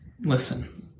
Listen